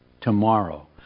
tomorrow